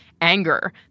anger